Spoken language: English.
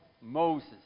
Moses